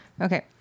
Okay